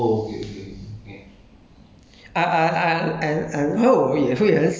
it's not ulu but there's alot of place like 歪 here 歪 there [one]